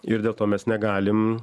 ir dėl to mes negalim